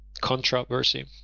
controversy